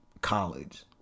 College